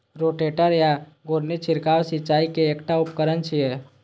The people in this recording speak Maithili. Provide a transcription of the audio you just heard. रोटेटर या घुर्णी छिड़काव सिंचाइ के एकटा उपकरण छियै